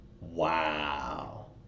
Wow